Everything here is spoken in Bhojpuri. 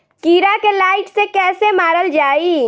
कीड़ा के लाइट से कैसे मारल जाई?